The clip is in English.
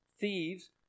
thieves